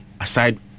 aside